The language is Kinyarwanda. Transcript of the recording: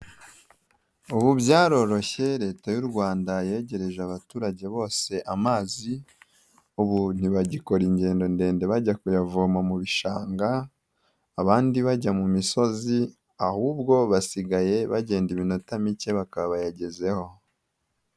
Ubu byaroroshye leta y'u Rwanda yegereje abaturage bose amazi, ubu ntibagikora ingendo ndende bajya kuyavoma mu bishanga, abandi bajya mu misozi, ahubwo basigaye bagenda iminota mike bakaba bayagezeho.